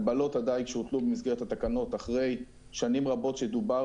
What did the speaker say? הגבלות הדייג שהוטלו במסגרת התקנות אחרי שנים רבות שדובר